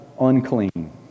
unclean